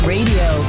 Radio